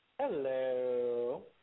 Hello